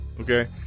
Okay